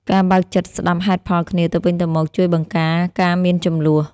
ការបើកចិត្តស្ដាប់ហេតុផលគ្នាទៅវិញទៅមក ជួយបង្ការការមានជម្លោះ។